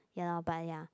ya lor but ya